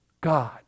God